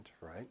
right